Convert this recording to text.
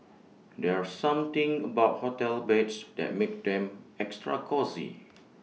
there's something about hotel beds that makes them extra cosy